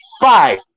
five